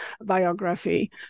biography